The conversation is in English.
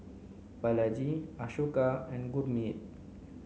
Balaji Ashoka and Gurmeet